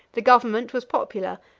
the government was popular,